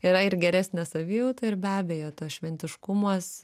yra ir geresnė savijauta ir be abejo tas šventiškumas